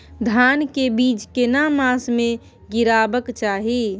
धान के बीज केना मास में गीराबक चाही?